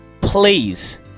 please